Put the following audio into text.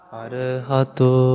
arhato